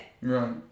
Right